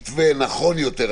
מתווה נכון יותר,